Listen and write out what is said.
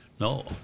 No